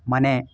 ಮನೆ